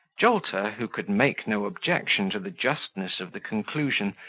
jolter, who could make no objection to the justness of the conclusion,